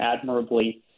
admirably